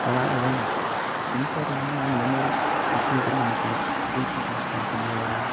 அதனால் மின்சாரம் இல்லைன்னா இந்த மாதிரி இஸ்யூ கூட நமக்கு ஆகும் ப்ரீத்திங் சென்ஸ் கொஞ்சம் கம்மியாகிரும்